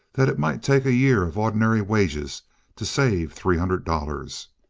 that it might take a year of ordinary wages to save three hundred dollars.